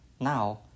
now